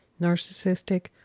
Narcissistic